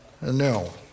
no